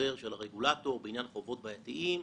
חוזר של הרגולטור בעניין חובות בעייתיים.